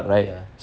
ya